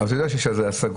אתה יודע שיש על זה השגות.